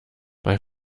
bei